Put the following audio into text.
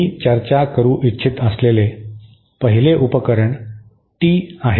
मी चर्चा करू इच्छित असलेले पहिले उपकरण टी आहे